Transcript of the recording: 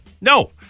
No